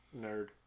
Nerd